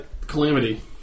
calamity